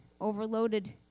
overloaded